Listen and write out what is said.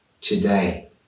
today